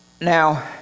now